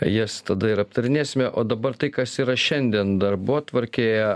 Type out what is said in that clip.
jas tada ir aptarinėsime o dabar tai kas yra šiandien darbotvarkėje